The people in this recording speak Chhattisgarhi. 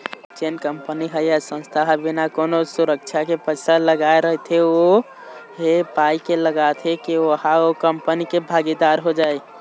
जेन कंपनी ह या संस्था ह बिना कोनो सुरक्छा के पइसा लगाय रहिथे ओ ऐ पाय के लगाथे के ओहा ओ कंपनी के भागीदार हो जाय